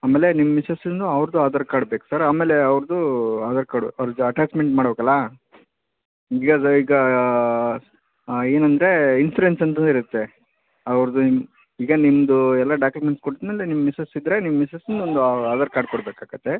ಆಮೇಲೆ ನಿಮ್ಮ ಮಿಸ್ಸಸಿಂದು ಅವ್ರದ್ದು ಆಧಾರ್ ಕಾರ್ಡ್ ಬೇಕು ಸರ್ ಆಮೇಲೆ ಅವರದು ಆಧಾರ್ ಕಾರ್ಡು ಅವರ್ದು ಅಟ್ಯಾಚ್ಮೆಂಟ್ ಮಾಡಬೇಕಲ್ಲ ಈಗ ಏನಂದರೆ ಇನ್ಸೂರೆನ್ಸಂದು ಇರುತ್ತೆ ಅವರದು ಈಗ ನಿಮ್ಮದು ಎಲ್ಲ ಡಾಕ್ಯುಮೆಂಟ್ಸ್ ಕೊಟ್ಟ ಮೇಲೆ ನಿಮ್ಮ ಮಿಸ್ಸಸ್ ಇದ್ದರೆ ನಿಮ್ಮ ಮಿಸ್ಸೆಸಿದೊಂದು ಆಧಾರ್ ಕಾರ್ಡ್ ಕೊಡಬೇಕಾಗುತ್ತೆ